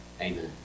Amen